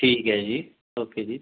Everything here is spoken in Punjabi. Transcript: ਠੀਕ ਹੈ ਜੀ ਓਕੇ ਜੀ